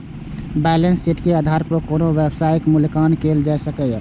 balance sheet के आधार पर कोनो व्यवसायक मूल्यांकन कैल जा सकैए